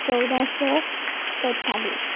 चौदह सौ पैंतालिस